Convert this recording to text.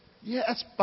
Yes